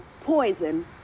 poison